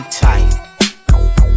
tight